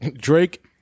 Drake